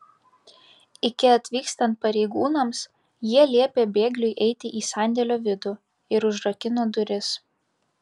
iki atvykstant pareigūnams jie liepė bėgliui eiti į sandėlio vidų ir užrakino duris